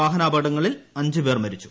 വാഹനാപകടങ്ങളിൽ അഞ്ച് പേർ മരിച്ചു